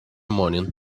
morning